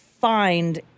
find